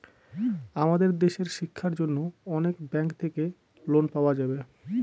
আমাদের দেশের শিক্ষার জন্য অনেক ব্যাঙ্ক থাকে লোন পাওয়া যাবে